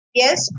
yes